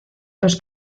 los